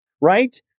right